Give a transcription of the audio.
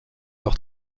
leur